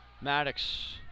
Maddox